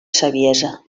saviesa